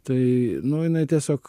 tai nu jinai tiesiog